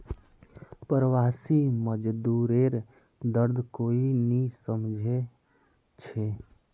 प्रवासी मजदूरेर दर्द कोई नी समझे छे